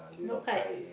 no kite